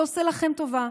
לא עושה לכם טובה,